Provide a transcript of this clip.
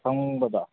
ꯑꯁꯪꯕꯗꯣ